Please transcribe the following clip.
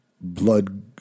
blood